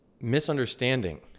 misunderstanding